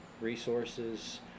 resources